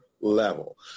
level